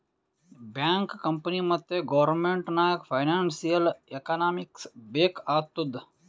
bank, company ಮತ್ತ government ನಾಗ್ financial economics ಬೇಕ್ ಆತ್ತುದ್